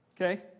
okay